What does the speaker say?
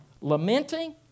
lamenting